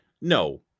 no